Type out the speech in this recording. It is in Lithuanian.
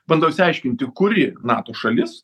bandau išsiaiškinti kuri nato šalis